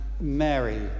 mary